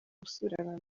gusubirana